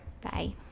bye